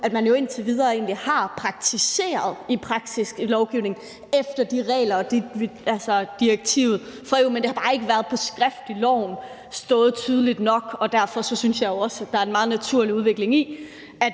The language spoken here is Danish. at man jo indtil videre egentlig har praktiseret, i praksis i lovgivningen, efter de regler og altså direktivet, men det har bare ikke på skrift stået tydeligt nok i loven. Derfor synes jeg jo også, der er en meget naturlig udvikling i,